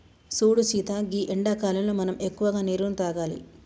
సూడు సీత గీ ఎండాకాలంలో మనం ఎక్కువగా నీరును తాగాలి